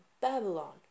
Babylon